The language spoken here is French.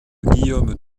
guillaume